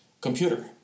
computer